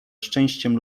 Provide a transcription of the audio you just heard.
szczęściem